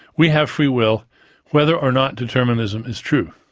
we have free will whether or not determinism is true.